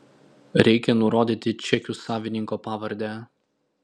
reikia nurodyti čekių savininko pavardę